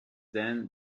then